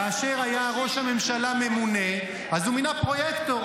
כאשר היה ראש הממשלה ממונה, אז הוא מינה פרויקטור.